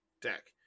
deck